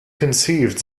conceived